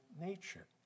nature